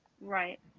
Right